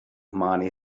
money